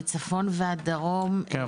מצפון ועד דרום --- כן,